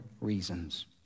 reasons